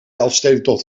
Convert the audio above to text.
elfstedentocht